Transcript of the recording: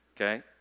Okay